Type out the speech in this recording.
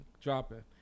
dropping